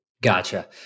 Gotcha